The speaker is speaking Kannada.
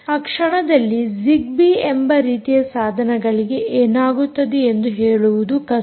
ಆ ಕ್ಷಣದಲ್ಲಿ ಜಿಗ್ಬೀ ಎಂಬ ರೀತಿಯ ಸಾಧನಗಳಿಗೆ ಏನಾಗುತ್ತದೆ ಎಂದು ಹೇಳುವುದು ಕಷ್ಟ